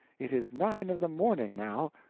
it is nine of the morning now.